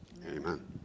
Amen